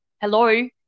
Hello